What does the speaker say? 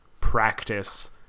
practice